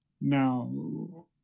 now